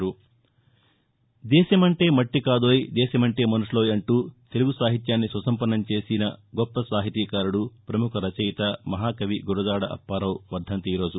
దేశమంటే మట్లికాదోయ్ దేశమంటే మనుషులోయ్ అంటూ తెలుగు సాహిత్యాన్ని సుసంపన్నం చేసిన గొప్ప సాహితీకారుడు ప్రముఖ రచయిత మహాకవి గురజాడ అప్పారావు వర్ణంతి ఈ రోజు